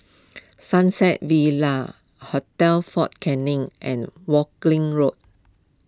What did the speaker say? Sunset villa Hotel fort Canning and Woking Road